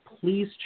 please